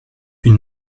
une